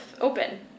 open